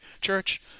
church